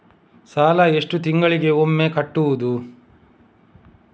ಸಾಲ ಎಷ್ಟು ತಿಂಗಳಿಗೆ ಒಮ್ಮೆ ಕಟ್ಟುವುದು?